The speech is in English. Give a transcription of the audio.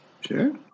Sure